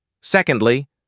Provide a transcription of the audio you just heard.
Secondly